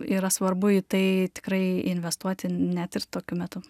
yra svarbu į tai tikrai investuoti net ir tokiu metu